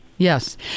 Yes